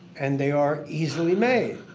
and they are easily made.